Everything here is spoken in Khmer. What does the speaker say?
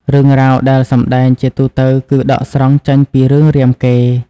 រឿងរ៉ាវដែលសម្តែងជាទូទៅគឺដកស្រង់ចេញពីរឿងរាមកេរ្តិ៍។